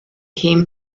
him